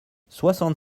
soixante